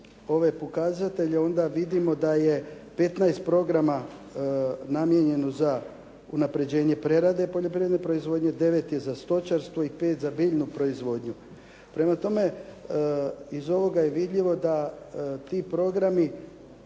ove pokazatelje onda vidimo da je 15 programa namijenjeno za unaprjeđenje prerade poljoprivredne proizvodnje, 9 je za stočarstvo i 5 za biljnu proizvodnju. Prema tome, iz ovoga je vidljivo da ti programi